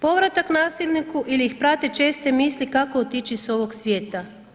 Povratak nasilniku ili ih prate česte misli kako otići s ovog svijeta.